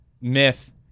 myth